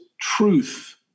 truth